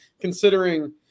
considering